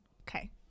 Okay